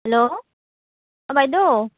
hello অঁ বাইদেউ